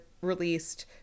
released